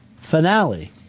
finale